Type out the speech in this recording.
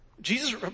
Jesus